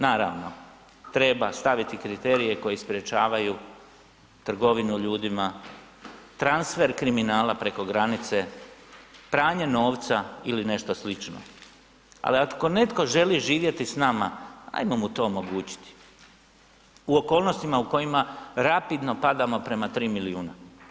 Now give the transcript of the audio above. Naravno treba staviti kriterije koji sprečavaju trgovinu ljudima, transfer kriminala preko granice, pranje novca ili nešto slično, ali ako netko želi živjeti s nama ajmo mu to omogućiti u okolnostima u kojima rapidno padamo prema 3 milijuna.